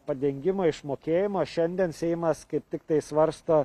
padengimo išmokėjimo šiandien seimas kaip tiktai svarsto